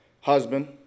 Husband